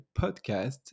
podcast